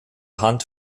hand